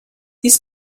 this